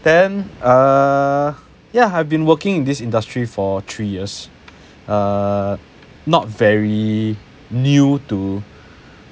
then err yeah I've been working in this industry for three years err not very new to